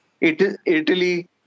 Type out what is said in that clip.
Italy